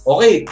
Okay